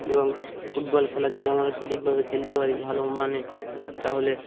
এবং ফুটবল খেলা যদি আমরা সঠিকভাবে খেলতে পারি ভালো মানে তাহলে